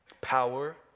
Power